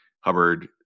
Hubbard